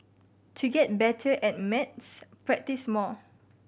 to get better at maths practise more